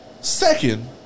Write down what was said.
Second